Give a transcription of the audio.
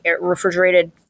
refrigerated